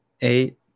eight